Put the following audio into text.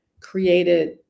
created